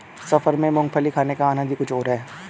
सफर में मूंगफली खाने का आनंद ही कुछ और है